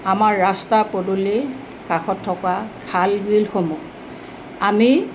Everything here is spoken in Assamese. আমাৰ ৰাস্তা পদূলি কাষত থকা খাল বিলসমূহ আমি